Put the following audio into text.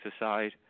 aside